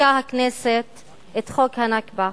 חוקקה הכנסת את חוק הנכבה,